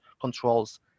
controls